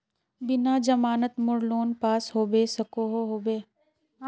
बिना जमानत मोर लोन पास होबे सकोहो होबे?